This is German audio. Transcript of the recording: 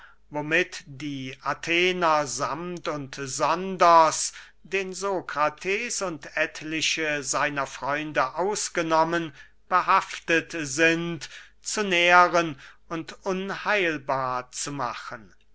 womit die athener sammt und sonders den sokrates und etliche seiner freunde ausgenommen behaftet sind zu nähren und unheilbar zu machen